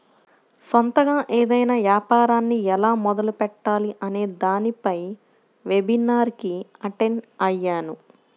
సొంతగా ఏదైనా యాపారాన్ని ఎలా మొదలుపెట్టాలి అనే దానిపై వెబినార్ కి అటెండ్ అయ్యాను